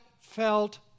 felt